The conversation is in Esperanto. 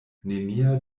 nenia